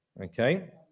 okay